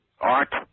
Art